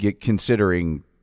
considering